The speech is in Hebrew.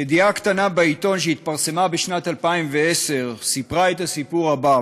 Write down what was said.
ידיעה קטנה בעיתון שהתפרסמה בשנת 2010 סיפרה את הסיפור הבא,